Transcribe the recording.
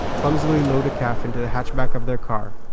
clumsily load a calf into the hatchback of their car,